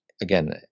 again